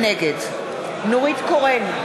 נגד נורית קורן,